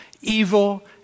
evil